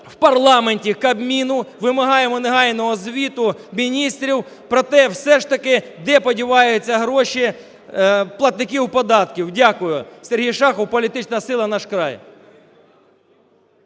в парламенті Кабміну, вимагаємо негайного звіту міністрів про те все ж таки, де подіваються гроші платників податків? Дякую. СергійШахов, політична сила "Наш край".